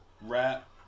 rap